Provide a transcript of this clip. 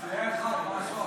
זה היה אחד, מה עשו האחרים?